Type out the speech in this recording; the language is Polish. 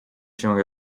się